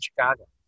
Chicago